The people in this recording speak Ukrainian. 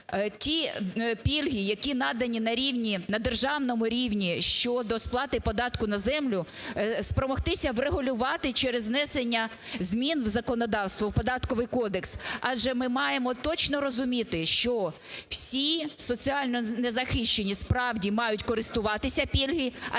ті пільги, які надані на рівні… на державному рівні щодо сплати податку на землю, спромогтися врегулювати через внесення змін в законодавство, в Податковий кодекс, адже ми маємо точно розуміти, що всі соціально незахищені, справді, мають користуватися пільгами,